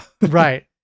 Right